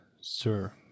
sir